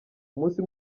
umunsi